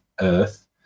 earth